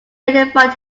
identified